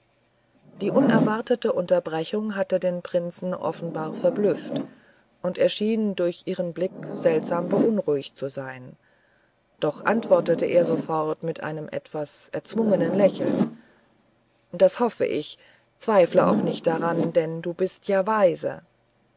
die unerwartete unterbrechung hatte den prinzen offenbar verblüfft und er schien durch ihren blick seltsam beunruhigt zu sein doch antwortete er sofort mit einem etwas erzwungenen lächeln das hoffe ich zweifle auch nicht daran denn du bist ja weise